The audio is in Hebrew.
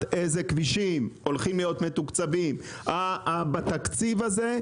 איזה כבישים הולכים להיות מתוקצבים בתקציב הזה,